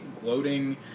gloating